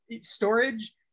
storage